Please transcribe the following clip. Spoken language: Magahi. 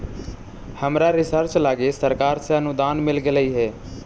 हमरा रिसर्च लागी सरकार से अनुदान मिल गेलई हे